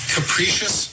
Capricious